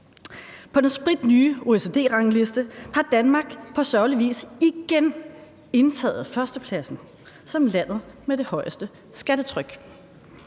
På den spritnye OECD-rangliste har Danmark på sørgelig vis igen indtaget førstepladsen som landet med det højeste skattetryk.